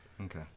Okay